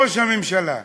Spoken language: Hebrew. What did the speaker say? ראש הממשלה,